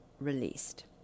released